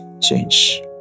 change